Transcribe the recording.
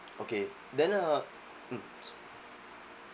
okay then uh mm